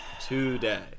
today